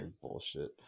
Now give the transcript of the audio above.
bullshit